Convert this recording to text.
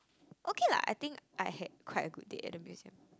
okay lah I think I had quite a good date at the museum